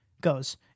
goes